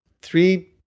Three